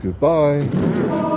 goodbye